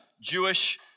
Jewish